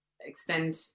extend